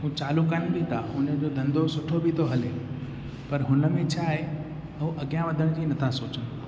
हू चालू कनि बि था हुननि जो धंधो सुठो बि थो हले पर हुन में छा आहे हो अॻियां वधण जी नथा सोचनि